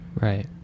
Right